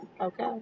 okay